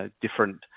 different